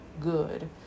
good